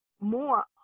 more